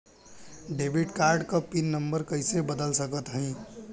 Debit card क PIN number कइसे बदल सकत हई?